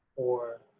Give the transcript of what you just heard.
or